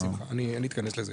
בשמחה, אני אתכנס לזה.